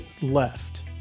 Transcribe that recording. left